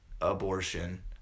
abortion